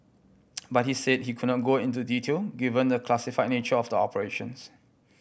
but he said he could not go into detail given the classify nature of the operations